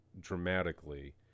dramatically